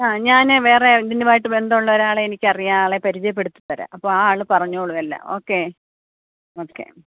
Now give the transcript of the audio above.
ആ ഞാന് വേറെ ഇതിനുമായിട്ട് ബന്ധൂള്ള ഒരാളെ എനിക്കറിയാം ആ ആളെ പരിചയപ്പെടുത്തി തരാം അപ്പോൾ ആ ആള് പറഞ്ഞോളും എല്ലാം ഓക്കെ ഓക്കെ